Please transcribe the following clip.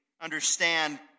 understand